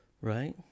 right